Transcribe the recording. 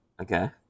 okay